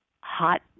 hot